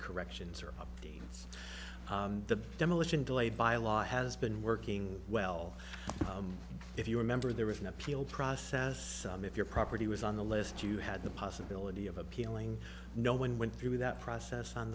corrections or updates the demolition delayed by law has been working well if you remember there was an appeal process if your property was on the list you had the possibility of appealing no one went through that process